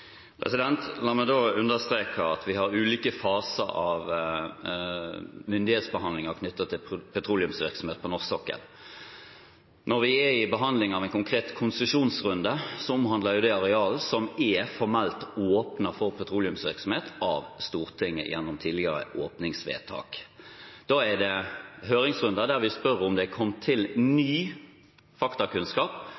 La meg understreke at vi har ulike faser av myndighetsbehandlinger knyttet til petroleumsvirksomhet på norsk sokkel. Når vi er i behandlinger av en konkret konsesjonsrunde, omhandler det arealer som er formelt åpnet for petroleumsvirksomhet av Stortinget gjennom tidligere åpningsvedtak. Da er det høringsrunder der vi spør om det er kommet til ny